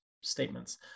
statements